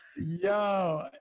Yo